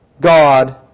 God